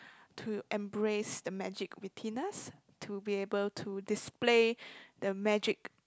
to embrace the magic wittiness to be able to display the magic